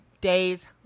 days